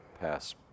pass